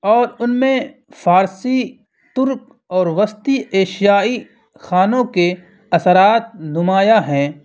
اور ان میں فارسی ترک اور وسطی ایشیائی کھانوں کے اثرات نمایاں ہیں